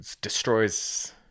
destroys